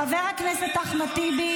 חבר הכנסת אחמד טיבי.